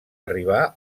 arribà